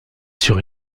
sur